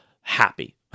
happy